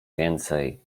więcej